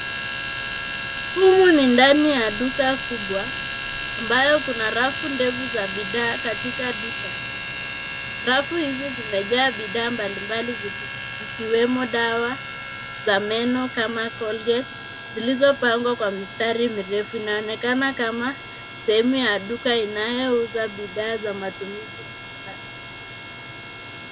Huu ni ndani ya duka kubwa ambayo kuna rafu ndefu za bidhaa katika duka. Rafu hizo zimejaa bidhaa mbalimbali zikiwemo dawa za meno kama Colgate zilizopangwa kwa mistari mirefu. Inaonekana kama sehemu ya duka inayouza bidhaa za matumizi ya kila siku.